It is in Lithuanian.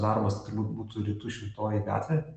darbas būtų rytų šimtoji gatvė